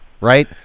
Right